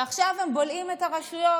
ועכשיו הם בולעים את הרשויות.